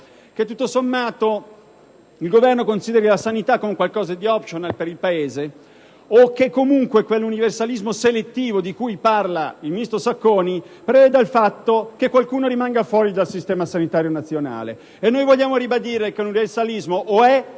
che, tutto sommato, il Governo consideri la sanità come un *optional* per il Paese o comunque che quell'universalismo selettivo, cui fa riferimento il ministro Sacconi, preveda che qualcuno rimanga fuori dal sistema sanitario nazionale. Noi vogliamo ribadire che l'universalismo è